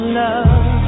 love